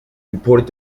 reported